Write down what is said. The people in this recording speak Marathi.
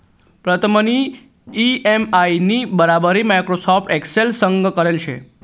प्रीतमनी इ.एम.आय नी बराबरी माइक्रोसॉफ्ट एक्सेल संग करेल शे